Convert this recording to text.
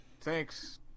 Thanks